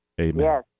Amen